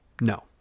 No